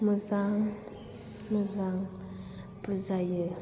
मोजां मोजां बुजायो